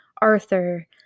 Arthur